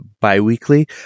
bi-weekly